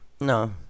No